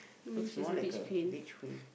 looks more like a beach cream